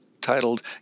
titled